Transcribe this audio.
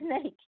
snake